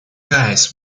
guys